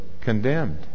condemned